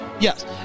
Yes